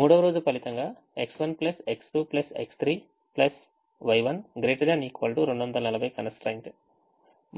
3 వ రోజు ఫలితంగా X1 X2 X3 Y1 ≥ 240 constraint